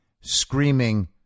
screaming